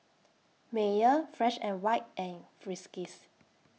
Mayer Fresh and White and Friskies